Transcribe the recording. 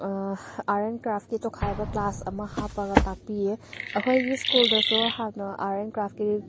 art and ꯀ꯭ꯔꯥꯐꯀꯤ ꯇꯣꯈꯥꯏꯕ class ꯑꯃ ꯍꯥꯞꯄꯒ ꯇꯥꯛꯄꯤꯌꯦ ꯑꯩꯈꯣꯏꯒꯤ ꯁ꯭ꯀꯨꯜꯗꯁꯨ ꯍꯥꯟꯅ ꯑꯥꯔꯠ ꯑꯦꯟ ꯀ꯭ꯔꯥꯐꯀꯤ